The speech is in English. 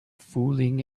fooling